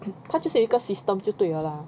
他就是有一个 system 就对了 lah